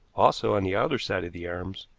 also, on the outer side of the arms,